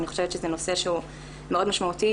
אני חושבת שזה נושא שהוא מאוד משמעותי,